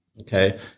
Okay